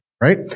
right